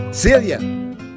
Celia